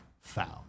found